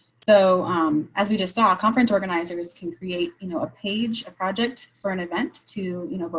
so as we just saw conference organizers can create, you know, a page a project for an event to, you know,